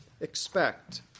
expect